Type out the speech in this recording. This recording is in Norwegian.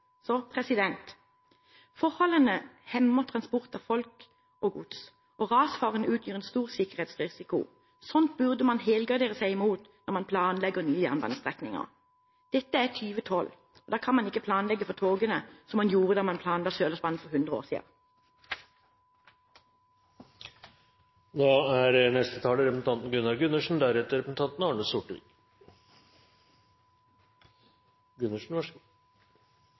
av folk og gods, og rasfaren utgjør en stor sikkerhetsrisiko. Slikt burde man helgardere seg mot når man planlegger nye jernbanestrekninger. Dette er 2012, og da kan man ikke planlegge for togene som man gjorde da man planla Sørlandsbanen for 100 år siden. Vi får vel erkjenne at det er